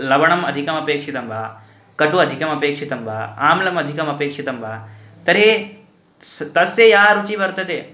लवणम् अधिकम् अपेक्षितं वा कटुः अधिकम् अपेक्षितं वा आम्लम् अधिकम् अपेक्षितं वा तर्हि तस्य तस्य या रुचिः वर्तते